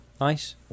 Nice